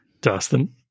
Dustin